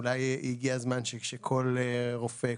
אולי הגיע הזמן שכל רופא,